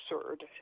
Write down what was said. absurd